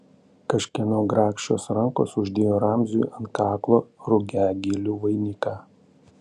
kažkieno grakščios rankos uždėjo ramziui ant kaklo rugiagėlių vainiką